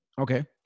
Okay